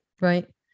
right